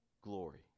glory